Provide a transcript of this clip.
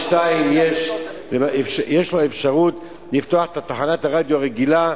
לשעה 14:00 יש לו אפשרות לפתוח את תחנת הרדיו הרגילה,